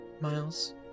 miles